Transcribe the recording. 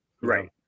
Right